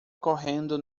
correndo